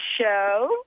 show